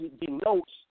denotes